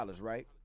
right